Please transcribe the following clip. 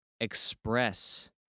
express